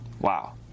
wow